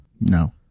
No